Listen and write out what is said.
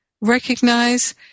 recognize